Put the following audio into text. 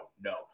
no